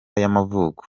y’amavuko